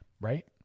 right